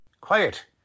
Quiet